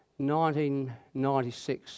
1996